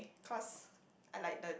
cause I like the